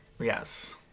Yes